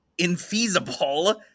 infeasible